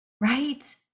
right